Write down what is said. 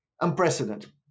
unprecedented